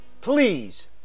Please